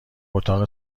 اتاق